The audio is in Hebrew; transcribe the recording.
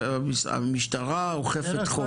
המשטרה אוכפת חוק.